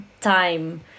time